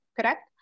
correct